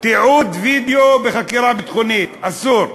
תיעוד וידיאו בחקירה ביטחונית, אסור.